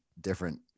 different